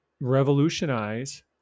revolutionize